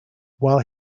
while